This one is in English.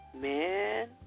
Man